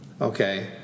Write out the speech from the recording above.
Okay